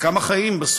וכמה חיים בסוף?